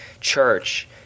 church